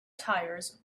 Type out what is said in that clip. tires